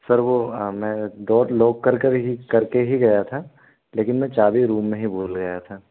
sir वो में door lock कर कर ही कर के ही गया था लेकिन मैं चाबी रूम में ही भूल गया था